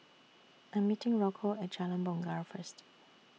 I'm meeting Rocco At Jalan Bungar First